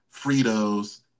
Fritos